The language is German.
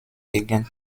gegen